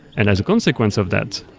and as a consequence of that,